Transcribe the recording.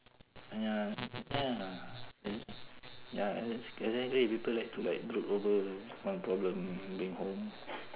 !aiya! ya then ya then people like to like brood over on problem bring home